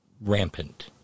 rampant